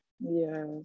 Yes